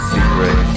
Secret